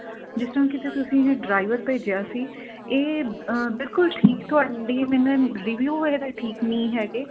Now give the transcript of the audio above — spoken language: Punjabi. ਜਿਸ ਤਰ੍ਹਾਂ ਕਿਤੇ ਤੁਸੀਂ ਇਹ ਡਰਾਈਵਰ ਭੇਜਿਆ ਸੀ ਇਹ ਬਿਲਕੁਲ ਠੀਕ ਤੁਹਾਡੀ ਮੈਨੂੰ ਇਹ ਰੀਵਿਊ ਇਹਦਾ ਠੀਕ ਨਹੀਂ ਹੈਗੇ